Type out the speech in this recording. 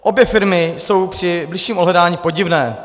Obě firmy jsou při bližším ohledání podivné.